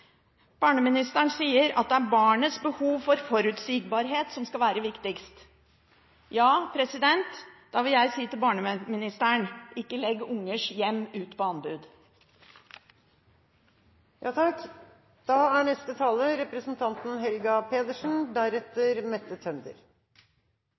Barneministeren sier at det er barnets behov for forutsigbarhet som skal være viktigst. Ja, da vil jeg si til barneministeren: Ikke legg ungers hjem ut på